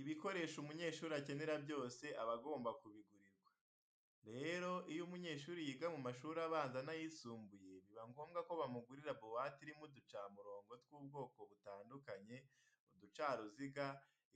Ibikoresho umunyeshuri akenera byose aba agomba kubigurirwa. Rero, iyo umunyeshuri yiga mu mashuri abanza n'ayisumbuye biba ngombwa ko bamugurira buwate irimo uducamurongo tw'ubwoko butandukanye, uducaruziga,